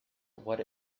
what